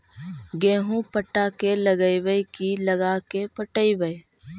गेहूं पटा के लगइबै की लगा के पटइबै?